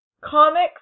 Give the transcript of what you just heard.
comics